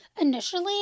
Initially